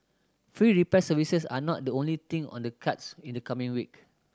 free repair services are not the only thing on the cards in the coming week